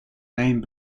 name